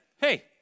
Hey